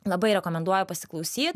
labai rekomenduoju pasiklausyt